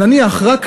נניח, רק נניח,